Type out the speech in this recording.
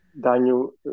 Daniel